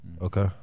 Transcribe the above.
Okay